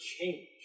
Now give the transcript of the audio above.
change